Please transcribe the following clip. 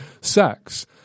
sex